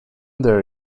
there